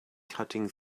cutting